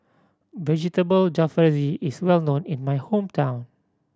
Vegetable Jalfrezi is well known in my hometown